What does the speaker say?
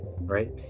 right